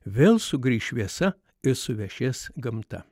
vėl sugrįš šviesa ir suvešės gamta